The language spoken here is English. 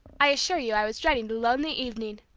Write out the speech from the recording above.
i assure you i was dreading the lonely evening,